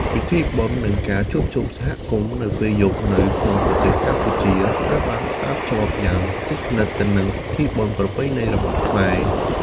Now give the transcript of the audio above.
ពិធីបុណ្យ និងការជួបជុំសហគមន៍ពេលយប់នៅក្នុងប្រទេសកម្ពុជា ត្រូវបានផ្សារភ្ជាប់យ៉ាងជិតស្និទ្ធទៅនឹងពិធីបុណ្យប្រពៃណីរបស់ខ្មែរ។